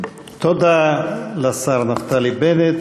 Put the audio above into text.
תודה לשר נפתלי בנט.